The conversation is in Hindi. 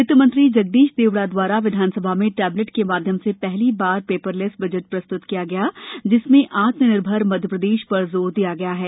वित्त मंत्री जगदीश देवड़ा द्वारा विधानसभा में टैबलेट के माध्यम से पहली बार पेपरलेस बजट प्रस्त्त किया जिसमें आत्मनिर्भर मध्यप्रदेश पर जोर दिया गया है